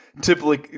typically